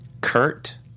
Kurt